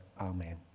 Amen